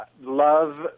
love